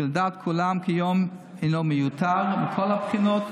שלדעת כולם כיום הינו מיותר מכל הבחינות,